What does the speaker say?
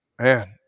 man